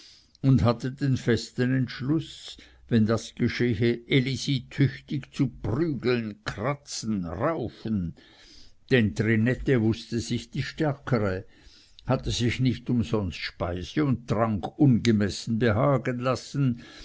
und hatte den festen entschluß wenn das geschehe elisi tüchtig zu prügeln kratzen raufen denn trinette wußte sich die stärkere hatte sich nicht umsonst speise und trank ungemessen behagen lassen